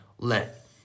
Let